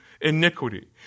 iniquity